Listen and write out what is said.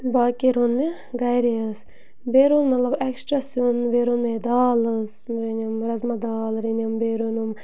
باقٕے روٚن مےٚ گَرے حظ بیٚیہِ روٚن مطلب اٮ۪کٕسٹرٛرا سِیُن بیٚیہِ روٚن مےٚ دال حظ رٔنِم رازما دال رٔنِم بیٚیہِ روٚنُم